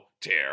tear